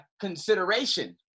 consideration